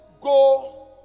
go